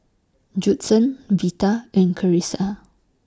Judson Vita and Carisa